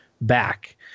back